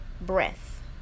breath